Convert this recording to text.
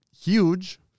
huge